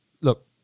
look